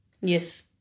Yes